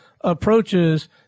approaches